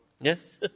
Yes